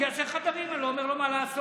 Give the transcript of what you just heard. שיעשה חדרים, אני לא אומר לו מה לעשות.